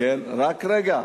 רק רגע.